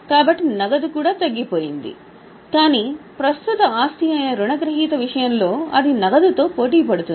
కాబట్టి నగదు కూడా తగ్గిపోయింది కానీ ప్రస్తుత ఆస్తి అయిన రుణగ్రహీత విషయం లో అది నగదుతో పోటీపడుతుంది